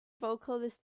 vocalist